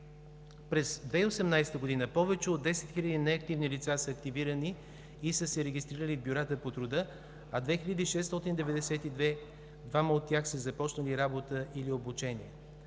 През 2018 г. повече от 10 хиляди неактивни лица са активирани и са се регистрирали в бюрата по труда, а 2692 от тях са започнали работа или обучение.